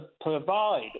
provide